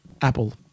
Apple